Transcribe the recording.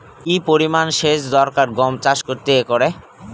কি পরিমান সেচ দরকার গম চাষ করতে একরে?